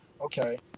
okay